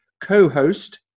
co-host